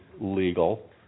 legal